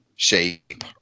shape